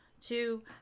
two